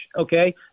okay